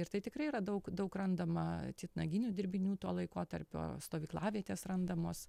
ir tai tikrai yra daug daug randama titnaginių dirbinių to laikotarpio stovyklavietės randamos